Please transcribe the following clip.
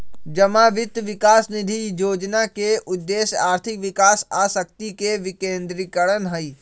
जमा वित्त विकास निधि जोजना के उद्देश्य आर्थिक विकास आ शक्ति के विकेंद्रीकरण हइ